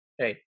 Right